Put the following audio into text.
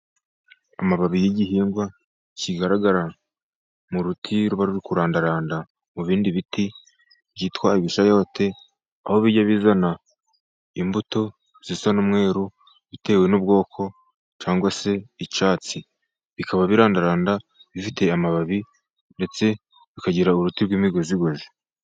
Amababi y'igihingwa kigaragara mu ruti ruba ruri kurandaranda mu bindi biti, byitwa ibishayote, aho bijya bizana imbuto zisa n'umweru bitewe n'ubwoko cyangwa se icyatsi. Bikaba birandaranda, bifite amababi ndetse bikagira uruti rw'imigozi gozi.